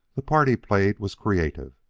the part he played was creative.